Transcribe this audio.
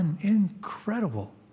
incredible